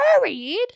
worried